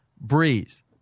Breeze